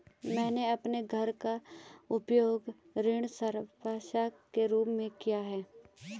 मैंने अपने घर का उपयोग ऋण संपार्श्विक के रूप में किया है